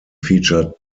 featured